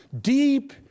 deep